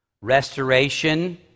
Restoration